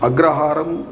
अग्रहारं